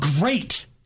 great